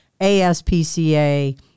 ASPCA